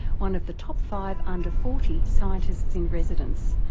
one of the top five under forty scientists in residence,